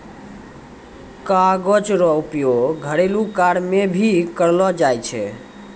कागज रो उपयोग घरेलू कार्य मे भी करलो जाय छै